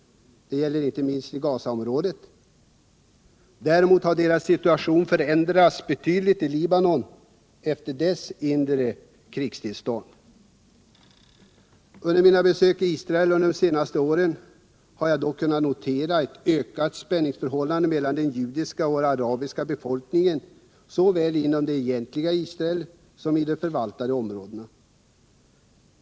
Det gäller inte minst Gazaområdet. Däremot har palestiniernas situation i Libanon förändrats betydligt efter dess inre krigstillstånd. Under mina besök i Israel de senaste åren har jag dock kunnat notera en ökad spänning mellan den judiska och den arabiska befolkningen såväl inom det egentliga Israel som i de förvaltade områdena.